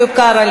איוב קרא,